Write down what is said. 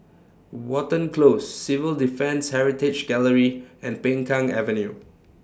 Watten Close Civil Defence Heritage Gallery and Peng Kang Avenue